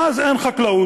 ואז אין חקלאות.